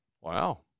Wow